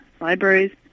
Libraries